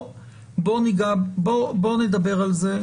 בואו נדבר על זה,